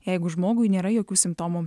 jeigu žmogui nėra jokių simptomų